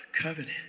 Covenant